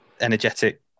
energetic